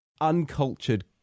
uncultured